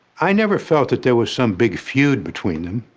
i never felt that there was some big feud between them.